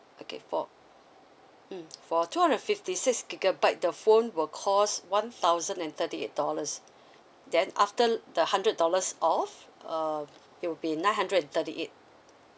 okay for mm for two hundred and fifty six gigabyte the phone will cost one thousand and thirty eight dollars then after the hundred dollars off uh it will be nine hundred and thirty eight